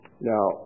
Now